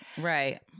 Right